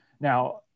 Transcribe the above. now